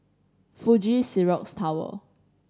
Fuji Xerox Tower